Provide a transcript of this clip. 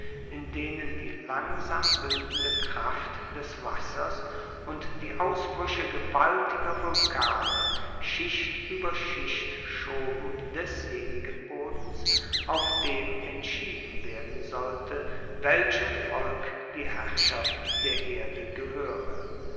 in denen die langsam bildende kraft des wassers und die ausbrueche gewaltiger vulkane schicht ueber schicht schoben desjenigen bodens auf dem entschieden werden sollte welchem volk die herrschaft der erde gehoere